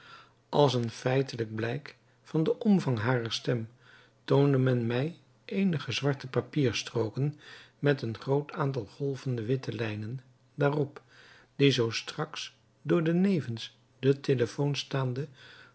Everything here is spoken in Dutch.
als een feitelijk blijk van den omvang harer stem toonde men mij eenige zwarte papierstrooken met een groot aantal golvende witte lijnen daarop die zoo straks door den nevens den telephone staanden